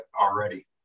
already